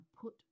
put